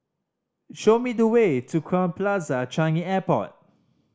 show me the way to Crowne Plaza Changi Airport